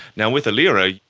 now, with ailira,